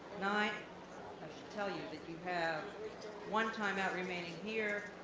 nine, i should tell you, that you have one timeout remaining here.